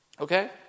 okay